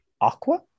Aqua